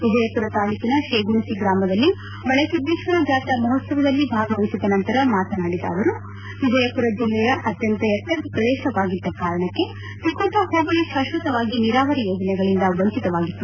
ವಿಜಯಪುರ ತಾಲ್ಲೂಕಿನ ಶೇಗುಣಶಿ ಗ್ರಾಮದಲ್ಲಿ ಮಳೆಸಿದ್ದೇಶ್ವರ ಜಾತ್ರಾ ಮಹೋಶ್ವವದಲ್ಲಿ ಭಾಗವಹಿಸಿದ ನಂತರ ಮಾತನಾಡಿದ ಅವರು ವಿಜಯಪುರ ಜಿಲ್ಲೆಯ ಅತ್ಯಂತ ಎತ್ತರದ ಪ್ರದೇಶವಾಗಿದ್ದ ಕಾರಣಕ್ಕೆ ತಿಕೋಟಾ ಹೋಬಳಿ ಶಾಶ್ವಕವಾಗಿ ನೀರಾವರಿ ಯೋಜನೆಗಳಿಂದ ವಂಚಿತವಾಗಿತ್ತು